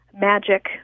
magic